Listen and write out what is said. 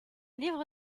livre